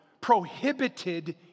prohibited